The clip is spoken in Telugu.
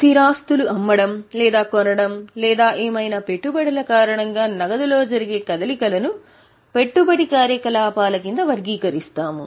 స్థిర ఆస్తులు అమ్మడం లేదా కొనడం లేదా ఏవైనా పెట్టుబడుల కారణంగా నగదు లో జరిగే కదలికల ను పెట్టుబడి కార్యకలాపాల కింద వర్గీకరిస్తాము